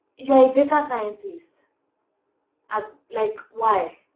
you're a data scientist and like why?